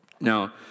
Now